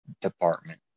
department